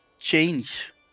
change